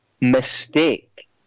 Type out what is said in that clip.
mistake